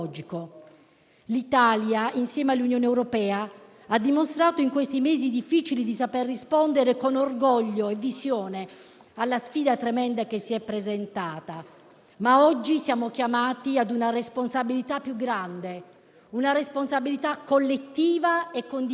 L'Italia, insieme all'Unione europea, ha dimostrato in questi mesi difficili di saper rispondere con orgoglio e visione alla sfida tremenda che si è presentata. Oggi, però, siamo chiamati a una responsabilità più grande, una responsabilità collettiva e condivisa,